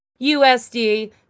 USD